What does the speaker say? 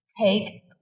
Take